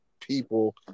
people